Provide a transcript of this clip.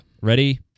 Ready